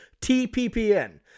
TPPN